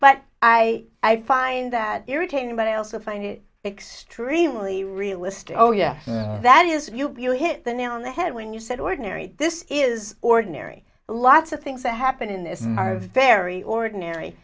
but i i find that irritating but i also find it extremely realistic oh yes that is you you hit the nail on the head when you said ordinary this is ordinary lots of things that happen in this are very ordinary